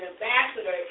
ambassador